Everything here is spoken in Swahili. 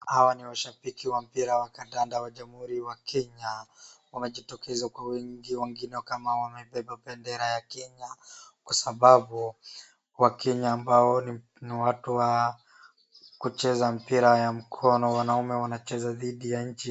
Hawa ni washabiki wa mpira wa kandanda wa jamhuri wa Kenya. Wamejitokeza kwa wingi wengine wamebeba bendera ya Kenya kwa sababu ,wa Kenya ambao ni watu kucheza mpira wa mkono wanaume wanacheza dhidi ya nchi.